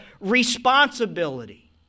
responsibility